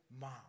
mom